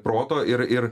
proto ir ir